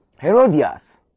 Herodias